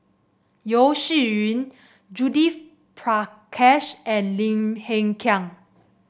Yeo Shih Yun Judith Prakash and Lim Hng Kiang